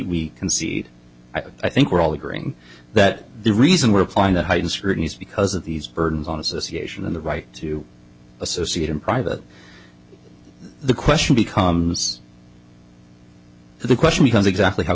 concede i think we're all agreeing that the reason we're applying the heightened scrutiny is because of these burdens on association on the right to associate in private the question becomes the question becomes exactly how